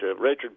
Richard